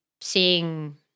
seeing